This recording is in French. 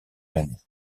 l’année